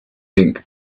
think